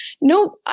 no